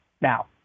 Now